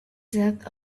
that